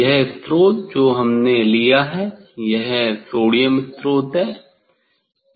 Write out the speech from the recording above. यह स्रोत जो हमने लिया है वह सोडियम स्रोत है